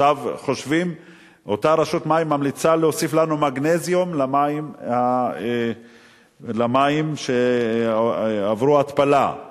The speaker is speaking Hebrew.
עכשיו אותה רשות מים ממליצה להוסיף לנו מגנזיום למים שעברו התפלה.